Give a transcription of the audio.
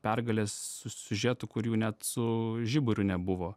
pergalės siužetų kurių net su žiburiu nebuvo